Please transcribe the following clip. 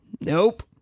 Nope